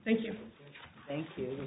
thank you thank you